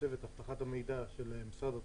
צוות אבטחת המידע של משרד התחבורה.